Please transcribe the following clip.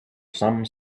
some